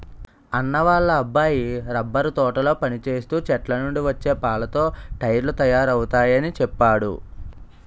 అన్నా వాళ్ళ అబ్బాయి రబ్బరు తోటలో పనిచేస్తూ చెట్లనుండి వచ్చే పాలతో టైర్లు తయారవుతయాని చెప్పేడు